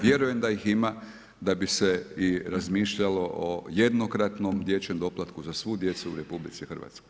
Vjerujem da ih ima da bi se i razmišljalo o jednokratnom dječjem doplatku za svu djecu u RH.